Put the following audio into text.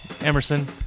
Emerson